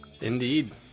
Indeed